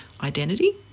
identity